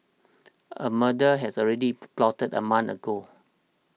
a murder has already plotted a month ago